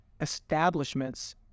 establishments